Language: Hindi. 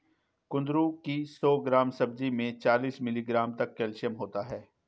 कुंदरू की सौ ग्राम सब्जी में चालीस मिलीग्राम तक कैल्शियम होता है